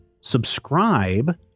subscribe